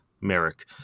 Merrick